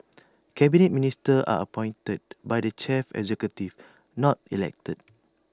Cabinet Ministers are appointed by the chief executive not elected